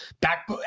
back